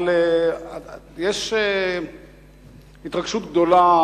אבל יש התרגשות גדולה,